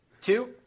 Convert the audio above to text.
two